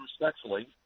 respectfully